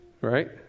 Right